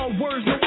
words